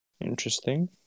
Interesting